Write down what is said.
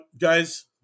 guys